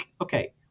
okay